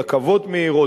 רכבות מהירות,